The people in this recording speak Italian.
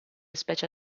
specie